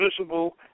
visible